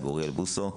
אוריאל בוסו,